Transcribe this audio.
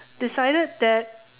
decided that